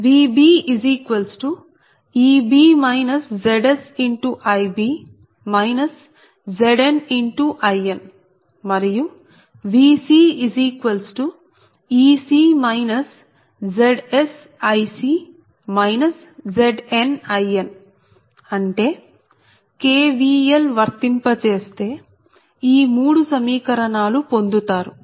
VbEb ZsIb ZnIn మరియు VcEc ZsIc ZnIn అంటే KVL వర్తింప చేస్తే ఈ 3 సమీకరణాలు పొందుతారు